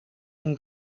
een